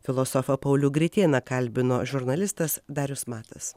filosofą paulių gritėną kalbino žurnalistas darius matas